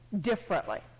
differently